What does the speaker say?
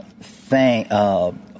thank